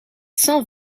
cent